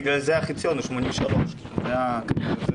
בגלל זה החציון הוא 83. זאת הסטטיסטיקה,